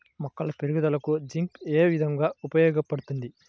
మొక్కల పెరుగుదలకు జింక్ ఏ విధముగా ఉపయోగపడుతుంది?